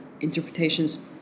interpretations